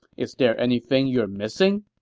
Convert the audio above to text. is there anything you are missing?